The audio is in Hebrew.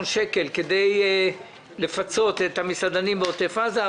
שקלים כדי לפצות את המסעדנים בעוטף עזה.